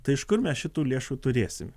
tai iš kur mes šitų lėšų turėsime